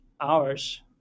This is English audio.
hours